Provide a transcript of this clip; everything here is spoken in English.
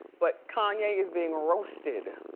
but kanye is being roasted